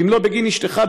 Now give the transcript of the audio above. ואם לא בגין אשתך,